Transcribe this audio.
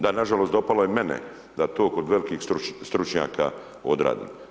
Da, nažalost, dopalo je mene da to kod velikih stručnjaka odradim.